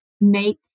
make